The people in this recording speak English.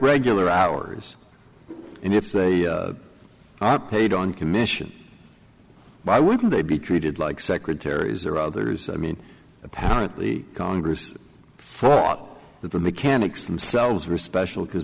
regular hours and if they are paid on commission why would they be treated like secretaries or others i mean apparently congress fraud that the mechanics themselves are special because